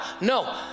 no